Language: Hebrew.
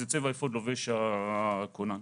לובש הכונן.